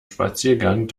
spaziergang